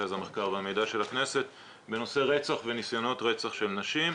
ממרכז המחקר והמידע של הכנסת בנושא רצח וניסיונות רצח של נשים.